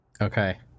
okay